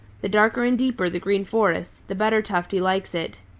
the darker and deeper the green forest, the better tufty likes it.